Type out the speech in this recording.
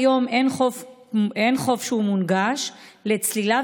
כיום אין חוף שהוא מונגש לצלילה,